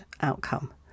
outcome